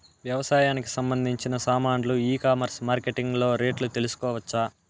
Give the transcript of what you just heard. వ్యవసాయానికి సంబంధించిన సామాన్లు ఈ కామర్స్ మార్కెటింగ్ లో రేట్లు తెలుసుకోవచ్చా?